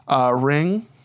Ring